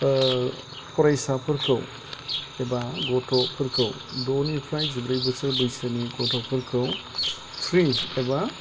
फरायसाफोरखौ एबा गथ'फोरखौ द'निफ्राय जिब्रै बोसोर बैसोनि गथ'फोरखौ फ्रि एबा